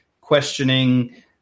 questioning